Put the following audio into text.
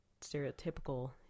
stereotypical